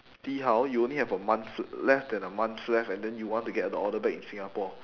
see how you only have a month uh less then a month left and then you want to get the order back in singapore